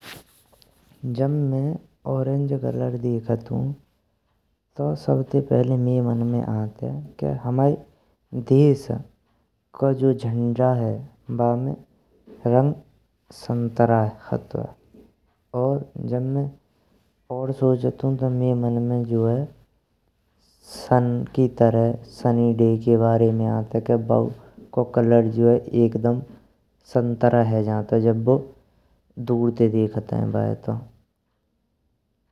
जब में orange colour देखतूँ तो सबते पहेल मये मन में आनते के हमाये देश को जो झंडा है बामे रंग संतरा हटुये। और जब में और सोचतूँ तो मये मन में जो है सनी डे के बारे में आनतेय, के बऊ को कलर जो है एक दम संतरा है जंतुय जब बाये दूर ते देखतेइं तो।